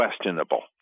questionable